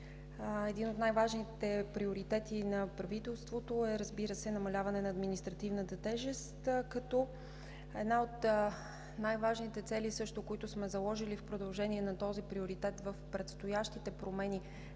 един от най-важните приоритети на правителството е, разбира се, намаляването на административната тежест, като една от най-важните цели, които също сме заложили в продължение на този приоритет в предстоящите промени